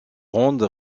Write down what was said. grande